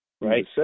Right